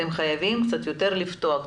אתם חייבים קצת יותר לפתוח,